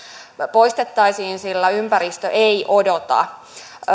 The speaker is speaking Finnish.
poistettaisiin sillä ympäristö ei odota